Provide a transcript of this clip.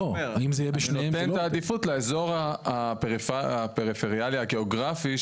אני נותן את העדיפות לאזור הפריפריאלי הגיאוגרפי,